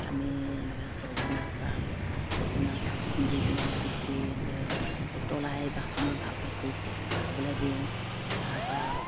আমি এনেকৈ চজিনা চাল চজিনা চাল খুন্দি পিনে পিচি এনেকৈ উতলাই বাচনত ভালকৈ ধুই খাবলৈ দিওঁ তাৰপা